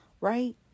right